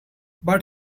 but